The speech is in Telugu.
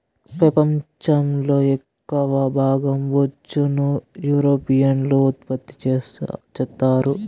పెపంచం లో ఎక్కవ భాగం బొచ్చును యూరోపియన్లు ఉత్పత్తి చెత్తారు